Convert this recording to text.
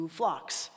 flocks